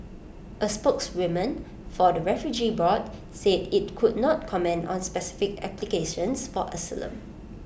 A spokeswoman for the refugee board said IT could not comment on specific applications for asylum